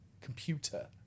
computer